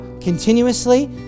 Continuously